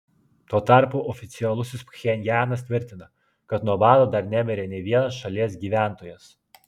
tuo tarpu oficialusis pchenjanas tvirtina kad nuo bado dar nemirė nė vienas šalies gyventojas